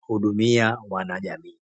kuhudumia wanajamii.